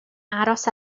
aros